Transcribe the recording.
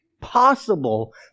possible